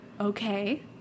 Okay